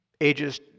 ages